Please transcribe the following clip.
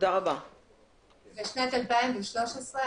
אבל זה בלתי אפשרי.